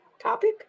topic